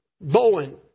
Bowen